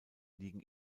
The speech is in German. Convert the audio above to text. liegen